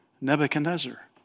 Nebuchadnezzar